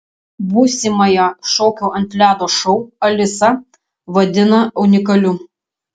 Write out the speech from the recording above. būsimąją šokių ant ledo šou alisa vadina unikaliu